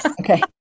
Okay